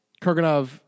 Kurganov